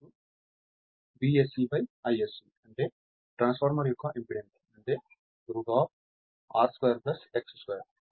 కాబట్టి Z Vsc Isc అంటే transformer యొక్క ఇంపెడెన్స్ అంటే R 2 X 2